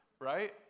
right